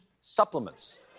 supplements